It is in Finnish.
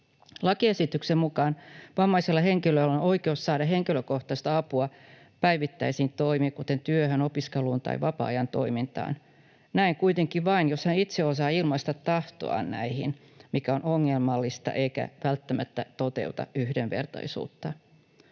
Lakiesityksen mukaan vammaisella henkilöllä on oikeus saada henkilökohtaista apua päivittäisiin toimiin, kuten työhön, opiskeluun tai vapaa-ajan toimintaan. Näin kuitenkin vain, jos hän itse osaa ilmaista tahtoaan näihin, mikä on ongelmallista eikä välttämättä toteuta yhdenvertaisuutta.